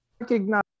recognize